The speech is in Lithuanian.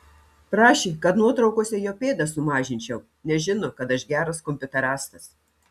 prašė kad nuotraukose jo pėdas sumažinčiau nes žino kad aš geras kompiuterastas